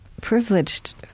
privileged